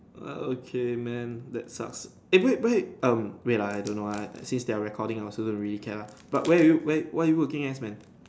okay man that's sucks eh wait wait um wait ah I don't know lah since they are recording I also don't really care lah but where are you where are you working as man